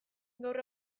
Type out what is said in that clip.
gaur